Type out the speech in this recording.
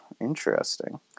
interesting